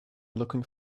looking